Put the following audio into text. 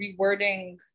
rewording